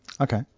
Okay